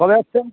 কবে আসছেন